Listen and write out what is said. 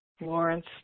Lawrence